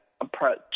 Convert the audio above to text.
approach